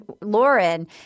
Lauren